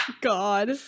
God